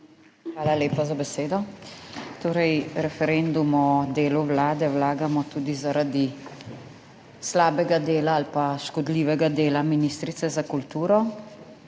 Hvala lepa za besedo. Torej referendum o delu Vlade vlagamo tudi zaradi slabega dela ali pa škodljivega dela ministrice za kulturo